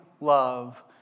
love